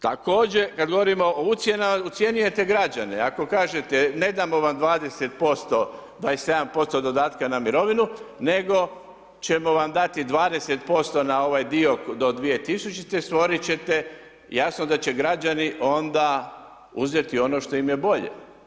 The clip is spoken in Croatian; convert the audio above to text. Također, kada govorimo, ucjenjujete građane, ako kažete nedamo vam 20%, 27% dodatka na mirovinu, nego ćemo vam dati 20% na ovaj dio do 2000. stvoriti ćete jasno, da će građani onda uzeti ono što im je bolje.